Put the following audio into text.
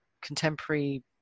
contemporary